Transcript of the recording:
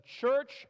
church